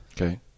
Okay